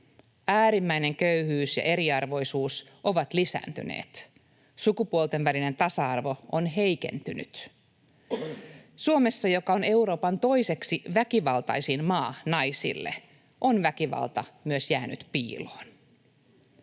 Äärimmäinen köyhyys ja eriarvoisuus ovat lisääntyneet, sukupuolten välinen tasa-arvo on heikentynyt. Suomessa, joka on Euroopan toiseksi väkivaltaisin maa naisille, on väkivalta myös jäänyt piiloon.